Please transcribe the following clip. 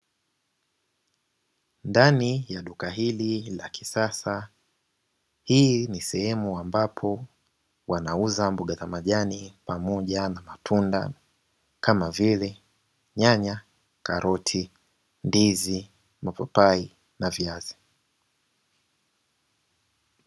Ndani ya duka hili la kisasa, hii ni sehemu ambapo wanauza mboga za majani pamoja na matunda kama vile nyanya, karoti ,ndizi mapapai na viazi.